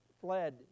fled